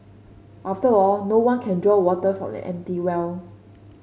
after all no one can draw water from an empty well